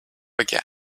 again